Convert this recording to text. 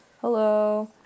Hello